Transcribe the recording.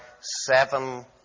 seven